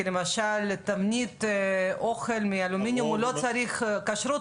כי למשל תבנית אוכל מאלומיניום לא צריכה כשרות,